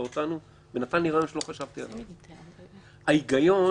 אין הבדל בינו